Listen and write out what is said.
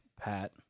Pat